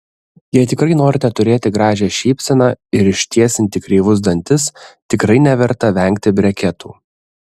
jei tikrai norite turėti gražią šypseną ir ištiesinti kreivus dantis tikrai neverta vengti breketų